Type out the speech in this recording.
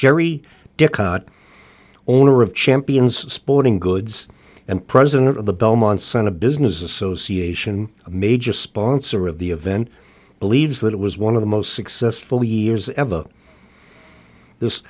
gerry dick caught owner of champions sporting goods and president of the belmont sun a business association a major sponsor of the event believes that it was one of the most successful years ever this